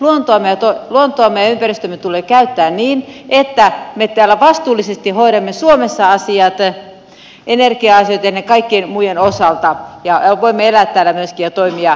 luontoamme ja ympäristöämme tulee käyttää niin että me täällä suomessa vastuullisesti hoidamme asiat energia asioiden ja kaikkien muiden osalta ja voimme elää ja toimia täällä myöskin jatkossa